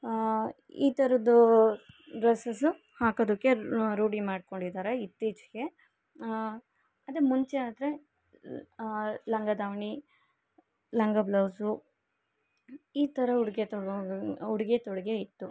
ಆಂ ಈ ಥರದ್ದೂ ಡ್ರಸ್ಸಸ್ ಹಾಕೊದಕ್ಕೆ ರೂಢಿ ಮಾಡಿಕೊಂಡಿದಾರೆ ಇತ್ತೀಚೆಗೆ ಅದೆ ಮುಂಚೆ ಆದರೆ ಲಂಗ ದಾವಣಿ ಲಂಗ ಬ್ಲೌಸು ಈ ಥರ ಉಡುಗೆ ಉಡುಗೆ ತೊಡುಗೆ ಇತ್ತು